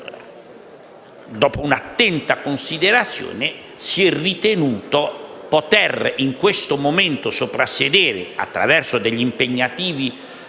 dopo un'attenta considerazione si è ritenuto di poter in questo momento soprassedere, attraverso ordini